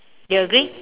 you agree